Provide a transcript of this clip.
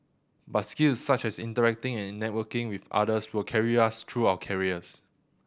but skills such as interacting and networking with others will carry us through our careers